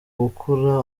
gukurura